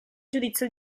giudizio